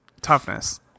toughness